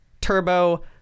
Turbo